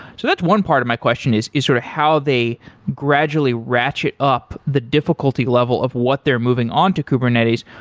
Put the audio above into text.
so that's one part of my question is, is sort of how they gradually ratchet up the difficulty level of what they're moving on to kubernetes.